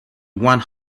one